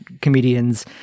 comedians